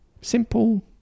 simple